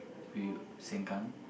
we Sengkang